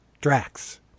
Drax